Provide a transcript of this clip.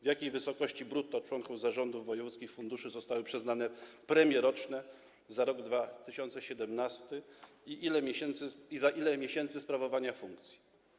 W jakiej wysokości brutto członkom zarządów wojewódzkich funduszy zostały przyznane premie roczne za rok 2017 i za ile miesięcy sprawowania funkcji?